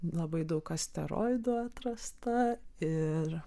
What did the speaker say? labai daug asteroidų atrasta ir